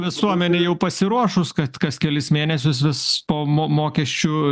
visuomenė jau pasiruošus kad kas kelis mėnesius vis po mo mokesčių